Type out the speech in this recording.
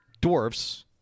dwarfs